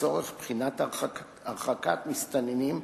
לצורך בחינת הרחקת מסתננים,